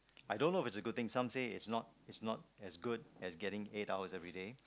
I don't know if it's a good thing some say it's not it's not as good as getting eight hours everyday